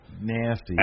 nasty